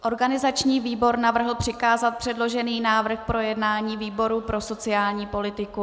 Organizační výbor navrhl přikázat předložený návrh k projednání výboru pro sociální politiku.